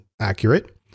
accurate